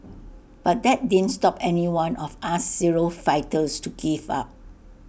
but that didn't stop any one of us zero fighters to give up